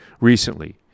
recently